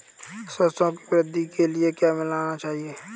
सरसों की वृद्धि के लिए क्या मिलाना चाहिए?